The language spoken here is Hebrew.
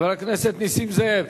חבר הכנסת נסים זאב.